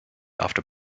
after